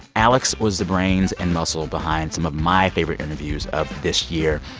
alex was the brains and muscle behind some of my favorite interviews of this year.